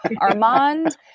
Armand